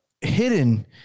hidden